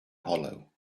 hollow